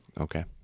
Okay